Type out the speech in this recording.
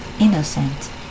innocent